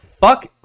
fuck